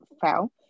fell